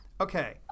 Okay